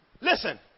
Listen